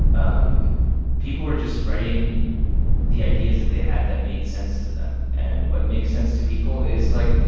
um people were just writing the ideas that they had that made sense to them. and what makes sense to people is, like,